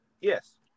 Yes